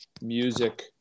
music